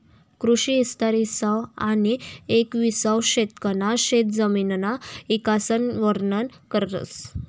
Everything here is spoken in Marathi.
कृषी इस्तार इसावं आनी येकविसावं शतकना शेतजमिनना इकासन वरनन करस